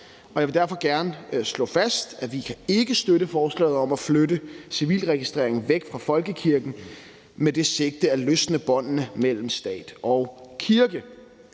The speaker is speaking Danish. Jeg vil derfor gerne slå fast, at vi ikke kan støtte forslaget om at flytte civilregistreringen væk fra folkekirken med det sigte at løsne båndene mellem stat og kirke.